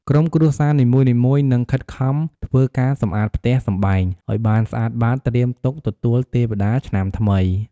ក្រុមគ្រួសារនីមួយៗនឹង ខិតខំធ្វើការសម្អាតផ្ទះសម្បែងឲ្យបានស្អាតបាត ត្រៀមទុកទទួលទេវតាឆ្នាំថ្មី។